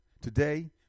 Today